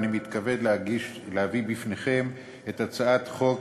אני מתכבד להביא בפניכם את הצעת החוק